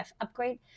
upgrade